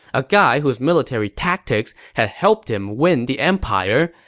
a guy whose military tactics had helped him win the empire,